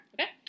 Okay